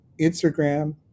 Instagram